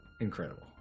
incredible